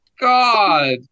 God